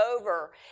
over